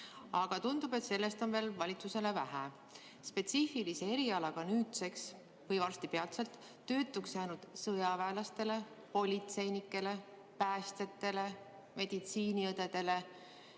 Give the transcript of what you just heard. Aga tundub, et sellest on valitsusele veel vähe. Spetsiifilise erialaga nüüdseks või peatselt töötuks jäänud sõjaväelastele, politseinikele, päästjatele, meditsiiniõdedele